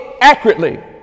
accurately